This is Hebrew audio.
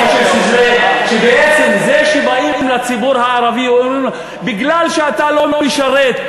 אני חושב שבעצם זה שבאים לציבור הערבי ואומרים לו: מכיוון שאתה לא משרת,